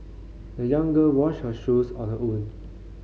the young girl washed her shoes on her own